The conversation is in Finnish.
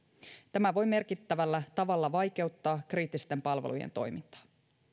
tämä voi merkittävällä tavalla vaikeuttaa kriittisten palvelujen toimintaa